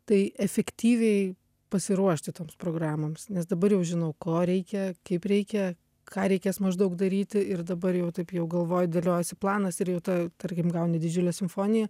tai efektyviai pasiruošti toms programoms nes dabar jau žinau ko reikia kaip reikia ką reikės maždaug daryti ir dabar jau taip jau galvoj dėliojasi planas ir jau ta tarkim gauni didžiulę simfoniją